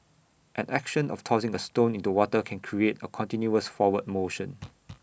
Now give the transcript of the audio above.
an action of tossing A stone into water can create A continuous forward motion